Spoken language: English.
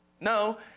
No